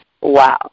Wow